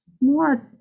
more